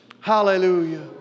Hallelujah